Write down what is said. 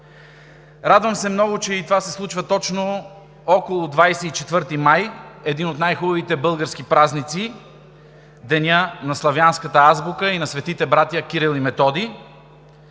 Радвам се много, че това се случва точно около 24 май – един от най-хубавите български празници, Деня на славянската азбука и на светите братя Кирил и Методий,